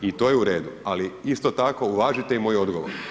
I to je u redu ali isto tako uvažite i moj odgovor.